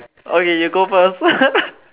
okay you go first